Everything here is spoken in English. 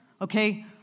Okay